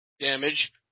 damage